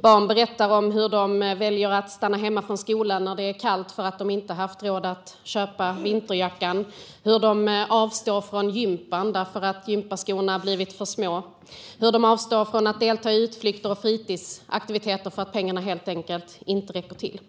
Barn berättar om hur de väljer att stanna hemma från skolan när det är kallt för att de inte har haft råd att köpa vinterjacka, hur de avstår från gympan därför att gympaskorna blivit för små och hur de avstår från att delta i utflykter och fritidsaktiviteter för att pengarna helt enkelt inte räcker till.